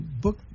book